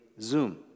Zoom